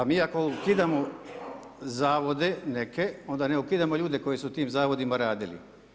Pa mi ako ukidamo zavode neke, onda ne ukidamo ljude koji su u tim zavodima radili.